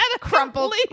crumpled